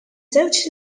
żewġ